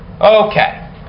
Okay